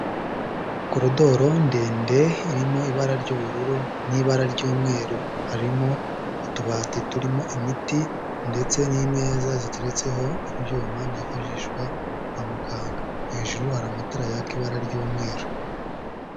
Korodoro ndende irimo ibara ry'ubururu n'ibara ry'umweru, harimo utubati turimo imiti ndetse n'imeza ziteretseho ibyuma byifashishwa kwa muganga, hejuru hari amatara yaka ibara ry'umweru.